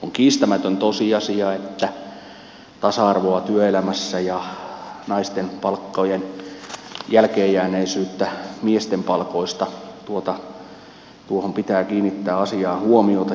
on kiistämätön tosiasia että tasa arvoon työelämässä ja naisten palkkojen jälkeenjääneisyyteen miesten palkoista pitää kiinnittää huomiota ja se on tärkeää